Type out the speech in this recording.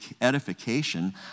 edification